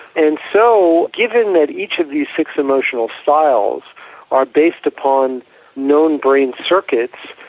and so given that each of these six emotional styles are based upon known brain circuits,